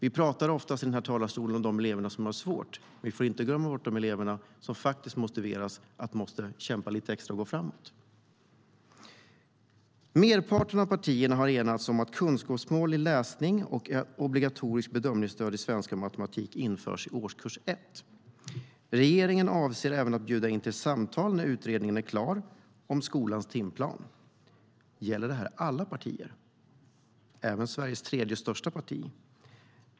I den här talarstolen talar vi ofta om de elever som har svårt för sig, men vi får inte glömma de elever som faktiskt motiveras av att behöva kämpa lite extra och gå framåt. Merparten av partierna har enats om att kunskapsmål i läsning och obligatoriska bedömningsstöd i svenska och matematik ska införas i årskurs 1. Regeringen avser även att bjuda in till samtal när utredningen om skolans timplan är klar. Gäller det alla partier - även Sveriges tredje största?